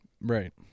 right